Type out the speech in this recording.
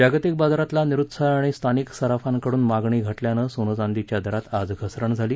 जागतिक बाजारातला निरुत्साह आणि स्थानिक सराफांकडून मागणी घटल्यानं सोनं चांदीच्या दरात आज घसरण झाली